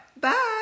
Bye